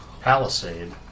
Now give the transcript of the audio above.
palisade